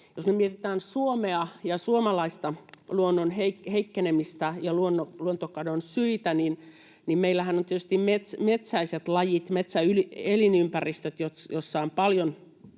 me mietitään Suomea ja suomalaista luonnon heikkenemistä ja luontokadon syitä, niin meillähän on tietysti metsäiset lajit, metsäelinympäristöt, joissa on paljon